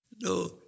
no